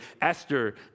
Esther